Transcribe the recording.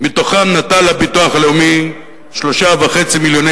מתוכם נטל הביטוח הלאומי 3.5 מיליוני